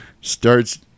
starts